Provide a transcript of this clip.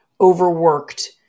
overworked